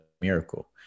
miracle